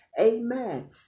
Amen